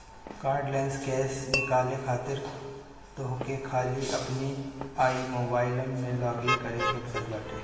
cardless cash निकाले खातिर तोहके खाली अपनी आई मोबाइलम में लॉगइन करे के पड़त बाटे